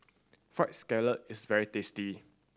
Fried Scallop is very tasty